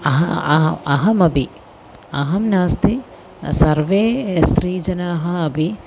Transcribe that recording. अहम् अहम् अहमपि अहं नास्ति सर्वे स्रीजनाः अपि